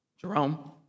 Jerome